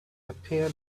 appear